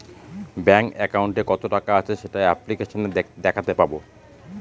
bank একাউন্টে কত টাকা আছে সেটা অ্যাপ্লিকেসনে দেখাতে পাবো